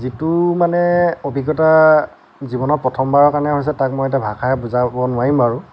যিটো মানে অভিজ্ঞতা জীৱনত প্ৰথমবাৰৰ কাৰণে হৈছে তাক মই এতিয়া ভাষাৰে বুজাব নোৱাৰিম বাৰু